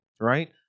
right